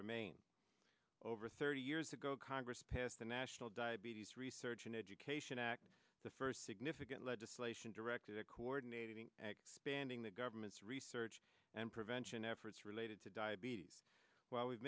remain over thirty years ago congress passed the national diabetes research and education act the first significant legislation directed at coordinating and expanding the government's research and prevention efforts related to diabetes while we've